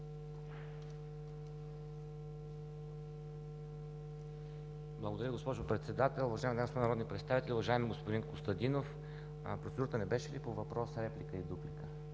Благодаря, госпожо Председател. Уважаеми дами и господа народни представители, уважаеми господин Костадинов! Процедурата не беше ли по въпрос реплика и дуплика?